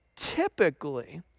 Typically